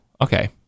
okay